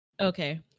Okay